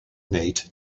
nate